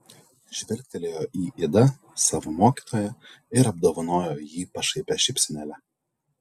žvilgtelėjo į idą savo mokytoją ir apdovanojo jį pašaipia šypsenėle